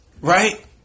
right